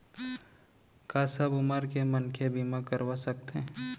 का सब उमर के मनखे बीमा करवा सकथे?